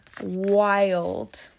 wild